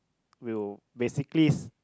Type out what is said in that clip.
will basically s~